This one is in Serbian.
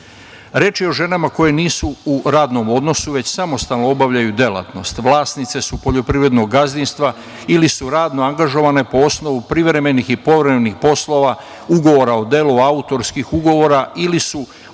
Reč je o ženama koje nisu u radnom odnosu, već samostalno obavljaju delatnost, vlasnice su poljoprivrednog gazdinstva ili su radno angažovane po osnovu privremenih i povremenih poslova, ugovora o delu, autorskih ugovora ili su